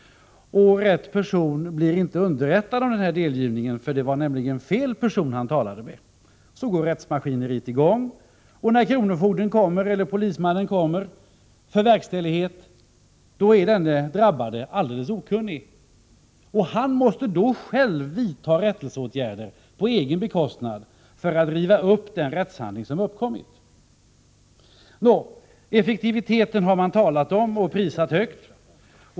Rätt person blir emellertid inte underrättad om delgivningen, eftersom det var fel person som tjänstemannen talade med. Så går rättsmaskineriet i gång, och när kronofogden eller polismannnen kommer för verkställighet är den drabbade helt okunnig. Han måste då själv vidta rättsåtgärder på egen bekostnad för att riva upp den rättshandling som uppkommit. Effektiviteten har man talat om och prisat högt.